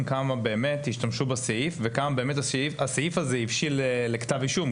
כמה באמת השתמשו בסעיף וכמה הבשילו לכתב אישום.